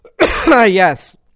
Yes